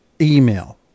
email